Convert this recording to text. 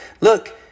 Look